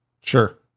sure